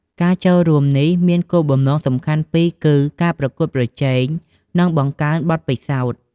ការចូលរួមនេះមានគោលបំណងសំខាន់ពីរគឺ ការប្រកួតប្រជែង និងបង្កើនបទពិសោធន៍។